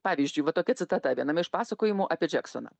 pavyzdžiui va tokia citata viename iš pasakojimų apie džeksoną